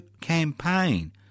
campaign